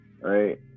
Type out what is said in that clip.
right